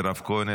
מירב כהן,